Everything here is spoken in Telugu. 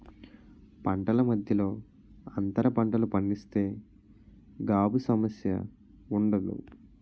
పంటల మధ్యలో అంతర పంటలు పండిస్తే గాబు సమస్య ఉండదు